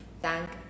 thank